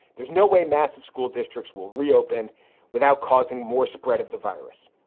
there's no way massive school districts will reopen without causing more spread of the virus.